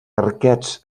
arquets